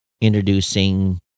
introducing